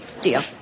Deal